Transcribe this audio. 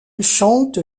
chante